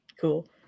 Cool